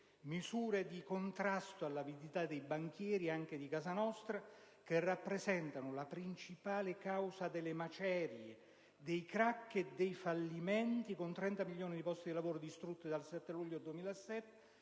misure di contrasto all'avidità dei banchieri, anche di casa nostra, che rappresentano la principale causa delle macerie, dei crack e dei fallimenti, con 30 milioni di posti di lavoro distrutti dal 7 luglio 2007,